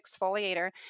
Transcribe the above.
exfoliator